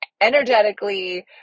energetically